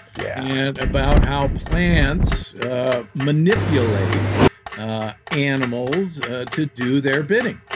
yeah and about how plants manipulate animals to do their bidding.